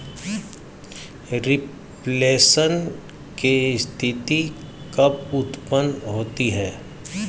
Reflation की स्थिति कब उत्पन्न होती है?